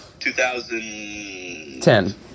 2010